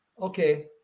Okay